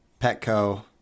Petco